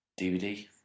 DVD